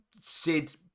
Sid